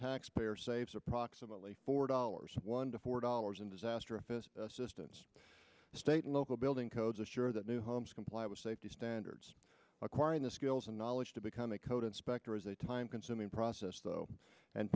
taxpayer saves approximately four dollars one to four dollars in disaster office assistance state and local building codes assure that new homes comply with safety standards acquiring the skills and knowledge to become a code inspector is a time consuming process though and